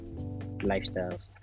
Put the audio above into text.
lifestyles